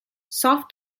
soft